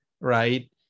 right